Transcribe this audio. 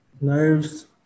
Nerves